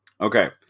Okay